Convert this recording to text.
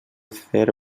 fer